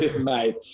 mate